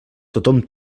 tothom